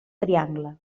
triangle